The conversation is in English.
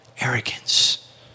arrogance